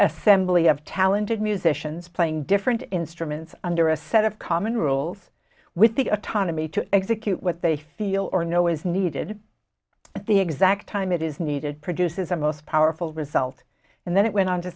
assembly of talented musicians playing different instruments under a set of common rules with the autonomy to execute what they feel or know is needed at the exact time it is needed produces a most powerful result and then it went on to